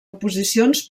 oposicions